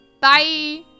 bye